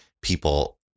people